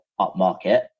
upmarket